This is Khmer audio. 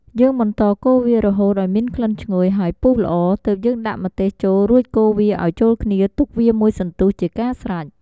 យើងបន្តកូរវារហូតឱ្យមានក្លិនឈ្ងុយ ហើយពុះល្អ ទើបយើងដាក់ម្ទេសចូលរួចកូរវាឱ្យចូលគ្នាទុកវាមួយសន្ទុះជាកាស្រេច។